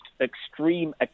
extreme